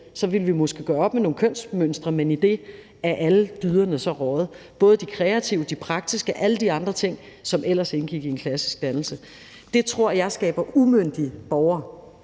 Så ville vi måske gøre op med nogle kønsmønstre, men i det er alle dyderne så røget, både de kreative og de praktiske og alle de andre ting, som ellers indgik i en klassisk dannelse. Det tror jeg skaber umyndige borgere,